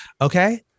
okay